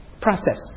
Process